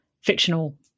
fictional